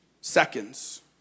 seconds